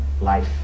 life